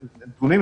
נתונים,